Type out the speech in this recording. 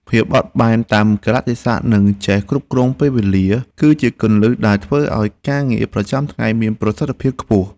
ភាពបត់បែនតាមកាលៈទេសៈនិងការចេះគ្រប់គ្រងពេលវេលា គឺជាគន្លឹះដែលធ្វើឱ្យការងារប្រចាំថ្ងៃមានប្រសិទ្ធភាពខ្ពស់។